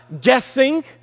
guessing